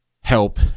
help